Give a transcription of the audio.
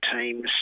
teams